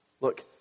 Look